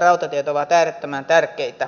voi sanoa että tuotospanos suhde